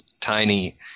tiny